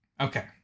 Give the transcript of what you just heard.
Okay